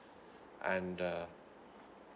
and uh